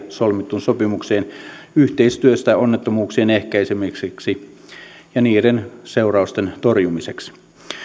solmittuun sopimukseen yhteistyöstä onnettomuuksien ehkäisemiseksi ja niiden seurausten torjumiseksi